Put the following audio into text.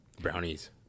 brownies